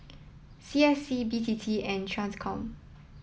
C S C B T T and TRANSCOM